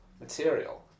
material